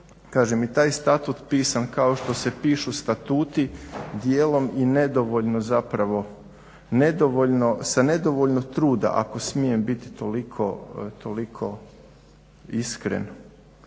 i taj statut pisan kao što se pišu statuti dijelom i nedovoljno zapravo, sa nedovoljno truda ako smijem biti toliko iskren,